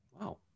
Wow